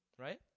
right